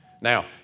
Now